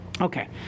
Okay